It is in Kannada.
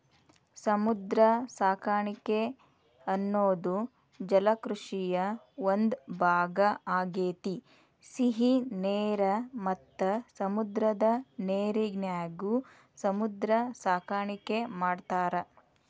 ಸಮುದ್ರ ಸಾಕಾಣಿಕೆ ಅನ್ನೋದು ಜಲಕೃಷಿಯ ಒಂದ್ ಭಾಗ ಆಗೇತಿ, ಸಿಹಿ ನೇರ ಮತ್ತ ಸಮುದ್ರದ ನೇರಿನ್ಯಾಗು ಸಮುದ್ರ ಸಾಕಾಣಿಕೆ ಮಾಡ್ತಾರ